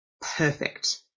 perfect